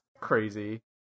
crazy